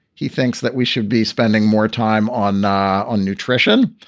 he thinks that we should be spending more time on ah on nutrition.